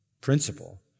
principle